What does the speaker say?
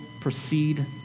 proceed